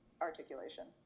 articulation